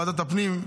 לוועדת הפנים,